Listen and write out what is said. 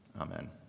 Amen